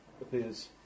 appears